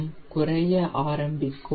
M குறைய ஆரம்பிக்கும்